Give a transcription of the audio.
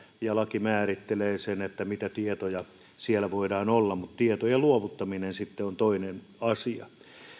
ja laki määrittelee sen mitä tietoja siellä voi olla mutta tietojen luovuttaminen sitten on toinen asia